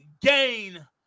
gain